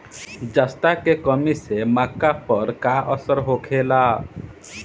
जस्ता के कमी से मक्का पर का असर होखेला?